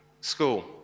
school